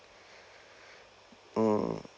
mm